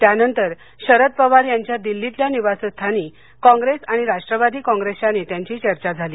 त्यानंतर शरद पवार यांच्या दिल्लीतल्या निवासस्थानी कॉंग्रेस आणि राष्ट्रवादी कोंग्रेसच्या नेत्यांची चर्चा झाली